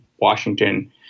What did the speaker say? Washington